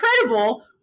incredible